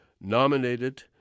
nominated